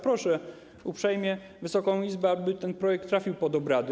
Proszę uprzejmie Wysoką Izbę o to, aby ten projekt trafił pod obrady.